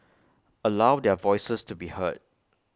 allow their voices to be heard